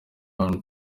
abantu